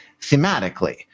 thematically